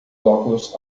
óculos